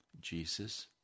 Jesus